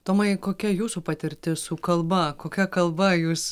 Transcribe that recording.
tomai kokia jūsų patirtis su kalba kokia kalba jūs